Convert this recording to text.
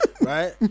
right